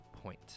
point